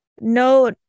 no